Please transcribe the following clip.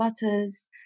butters